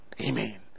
Amen